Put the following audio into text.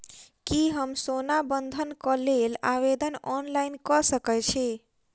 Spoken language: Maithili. की हम सोना बंधन कऽ लेल आवेदन ऑनलाइन कऽ सकै छी?